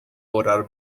orar